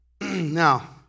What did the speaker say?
Now